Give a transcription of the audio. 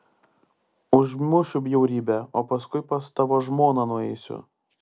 užmušiu bjaurybę o paskui pas tavo žmoną nueisiu